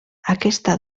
aquesta